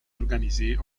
organisées